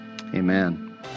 Amen